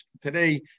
Today